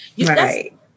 Right